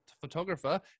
photographer